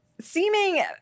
seeming